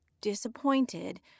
Disappointed